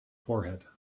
forehead